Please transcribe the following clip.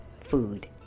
food